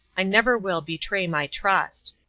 i never will betray my trust.